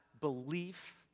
belief